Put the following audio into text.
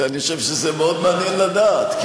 אני חושב שזה מאוד מעניין לדעת.